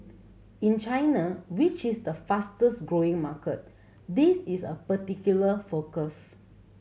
in China which is the fastest growing market this is a particular focus